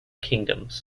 kingdoms